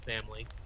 family